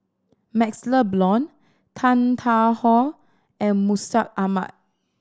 MaxLe Blond Tan Tarn How and Mustaq Ahmad